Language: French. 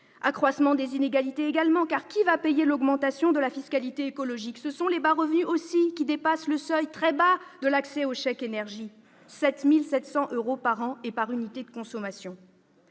Accroissement des inégalités, toujours : qui va payer l'augmentation de la fiscalité écologique ? Ce sont les bas revenus qui dépassent le seuil très bas de l'accès au chèque énergie, soit 7 700 euros par an et par unité de consommation.